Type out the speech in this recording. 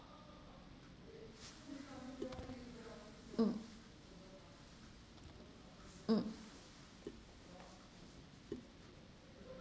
mm mm